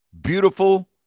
beautiful